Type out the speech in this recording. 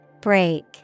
Break